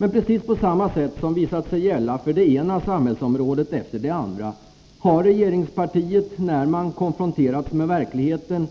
Men på precis samma sätt som visat sig gälla för det ena samhällsområdet efter det andra har regeringspartiet — när man konfronterats med verkligheten